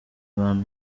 abantu